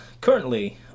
currently